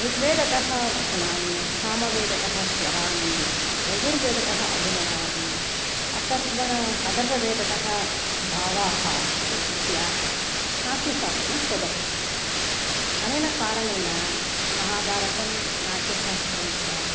ऋग्वेदतः वचनानि सामवेदतः स्वराणि यजुर्वेदतः अभिनयम् अथर्वणः अथर्ववेदतः भावान् स्वीकृत्य नाट्यशास्त्रं शोभते अनेन कारणेन महाभारतं नाट्यशास्त्रं च